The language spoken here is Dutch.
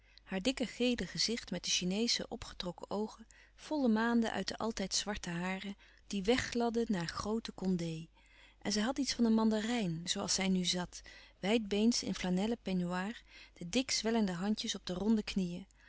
haar dikke gele gezicht met de chineesche opgetrokken oogen vollemaande uit de altijd zwarte haren die weggladden naar groote kondé en zij had iets van een mandarijn zoo als zij nu zat wijdbeens in flanellen peignoir de dik zwellende handjes op de ronde knieën